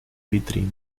vitrine